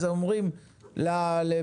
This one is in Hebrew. אז אומרים לבג"צ,